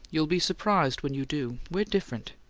you'll be surprised when you do we're different.